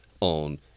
on